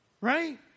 right